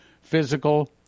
physical